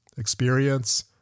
experience